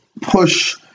push